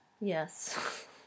yes